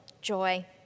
joy